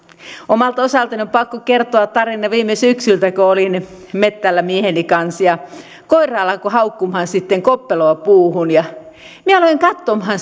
omalta osaltani on pakko kertoa tarina viime syksyltä kun olin metsällä mieheni kanssa ja koira alkoi haukkumaan koppeloa puuhun minä aloin katsomaan